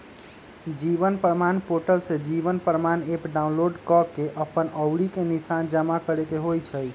जीवन प्रमाण पोर्टल से Jeevan Pramaan app download कऽ के अप्पन अँउरी के निशान जमा करेके होइ छइ